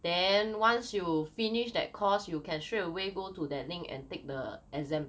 then once you finish that course you can straight away go to that link and take the exam